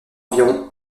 environ